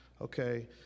Okay